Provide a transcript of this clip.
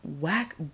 whack